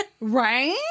Right